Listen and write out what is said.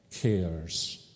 cares